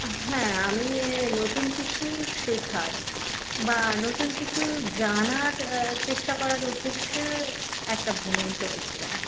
হ্যাঁ আমি নতুন কিছু শেখার বা নতুন কিছু জানার চেষ্টা করার উদ্দেশ্যে একটা ভ্রমণ করেছিলাম